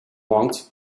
want